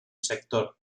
sector